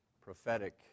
prophetic